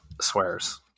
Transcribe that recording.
swears